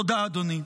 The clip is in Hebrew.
תודה, אדוני.